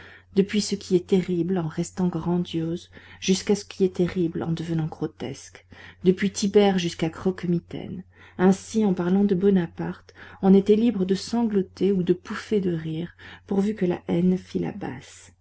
depuis ce qui est terrible en restant grandiose jusqu'à ce qui est terrible en devenant grotesque depuis tibère jusqu'à croquemitaine ainsi en parlant de bonaparte on était libre de sangloter ou de pouffer de rire pourvu que la haine fît la basse